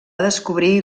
descobrir